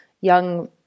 young